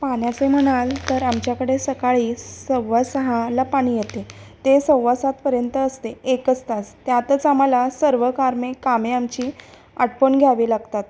पाण्याचं म्हणाल तर आमच्याकडे सकाळी सव्वा सहाला पाणी येते ते सव्वा सातपर्यंत असते एकच तास त्यातच आम्हाला सर्व कारमे कामे आमची आटपून घ्यावी लागतात